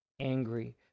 angry